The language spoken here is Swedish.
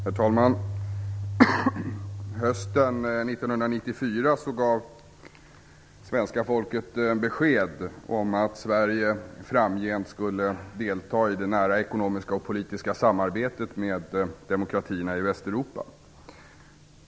Herr talman! Hösten 1994 gav svenska folket besked om att Sverige framgent skulle delta i det nära ekonomiska och politiska samarbetet med demokratierna i Västeuropa.